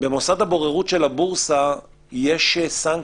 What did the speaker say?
במוסד הבוררות של הבורסה יש סנקציה.